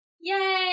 Yay